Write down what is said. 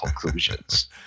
conclusions